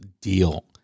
deal